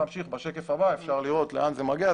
בשקף הבא אפשר לראות לאן זה מגיע.